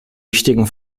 wichtigen